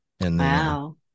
Wow